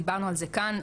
דיברנו על זה כאן,